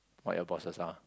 what your bosses are